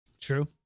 True